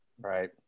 Right